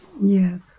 yes